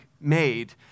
made